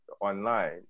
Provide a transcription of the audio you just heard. online